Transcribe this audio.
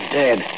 dead